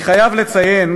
אבל אני חייב לציין,